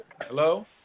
Hello